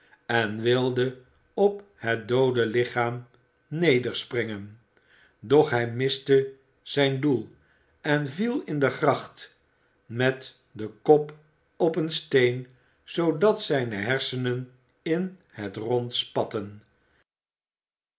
en wilde op het doode lichaam nederspringen doch hij miste zijn doel en viel in de gracht met den kop op een steen zoodat zijne hersenen in t rond spatten